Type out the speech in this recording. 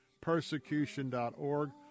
persecution.org